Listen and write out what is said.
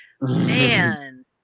man